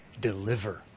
deliver